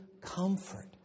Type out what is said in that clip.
comfort